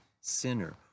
sinner